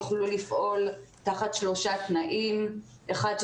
הם יוכלו לפעול תחת שלושה תנאים: האחד,